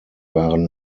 waren